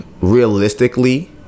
realistically